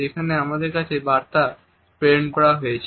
যেখানে আমাদের কাছে বার্তা প্রেরণ করা হয়েছে